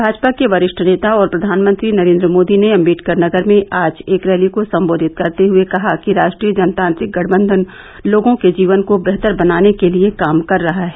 भाजपा के वरिष्ठ नेता और प्रधानमंत्री नरेन्द्र मोदी ने अम्बेडकर नगर में आज एक रैली को संबोधित करते हुये उन्होंने कहा कि राष्ट्रीय जनतांत्रिक गठबंधन लोगों के जीवन को बेहतर बनाने के लिए काम कर रहा है